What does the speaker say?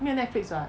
没有 netflix [what]